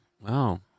Wow